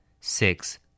Six